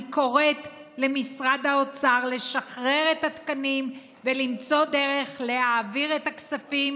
אני קוראת למשרד האוצר לשחרר את התקנים ולמצוא דרך להעביר את הכספים,